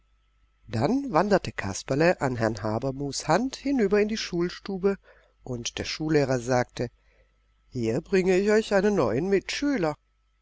dann wanderte kasperle an herrn habermus hand hinüber in die schulstube und der schullehrer sagte hier bringe ich euch einen neuen mitschüler